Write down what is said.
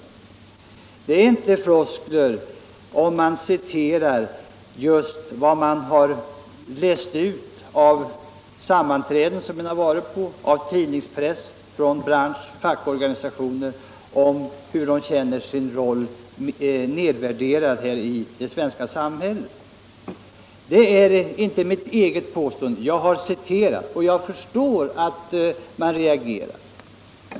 Det är inte floskler om man citerar vad man har läst ut av sammanträden som man har varit på, av tidningspress från branschoch fackorganisationer om hur dessa grupper känner sin roll nedvärderad i det svenska samhället. Det är inte mitt eget påstående. Jag har citerat, och jag förstår att man reagerar.